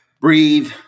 breathe